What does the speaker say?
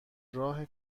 راه